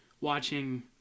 watching